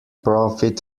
profit